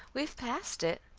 we have passed it.